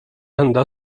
enda